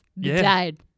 died